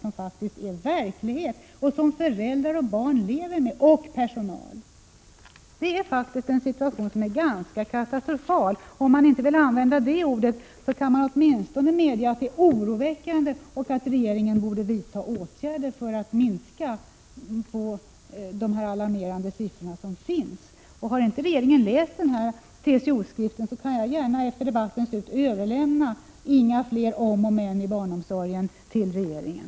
Det gäller den verklighet som föräldrar, barn och personal lever med. Det är faktiskt en situation som är ganska katastrofal. Om man inte vill använda det ordet, kan man åtminstone säga att det är oroväckande och att regeringen borde vidta åtgärder för att minska dessa alarmerande siffror. Och har inte regeringen läst den här TCO-skriften, så kan jag gärna efter debattens slut överlämna ”Inga fler om och men i barnomsorgen” till regeringen.